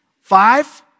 Five